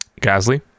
Gasly